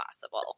possible